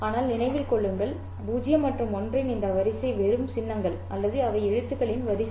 ஆனால் நினைவில் கொள்ளுங்கள் 0 மற்றும் 1 இன் இந்த வரிசை வெறும் சின்னங்கள் அல்லது அவை எழுத்துக்களின் வரிசை